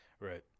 Right